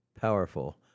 powerful